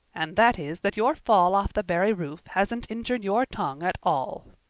and that is that your fall off the barry roof hasn't injured your tongue at all.